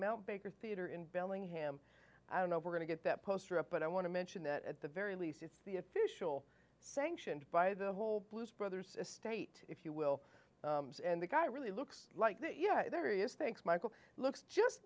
baker theatre in bellingham i don't know if we're going to get that poster up but i want to mention that at the very least it's the official sanctioned by the whole blues brothers estate if you will and the guy really looks like that yeah there is thanks michael looks just